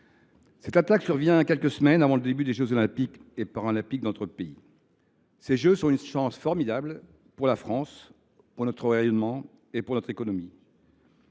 Cette attaque survient quelques semaines avant le début des jeux Olympiques et Paralympiques dans notre pays. Ces Jeux sont une chance formidable pour la France, pour notre rayonnement et pour notre économie,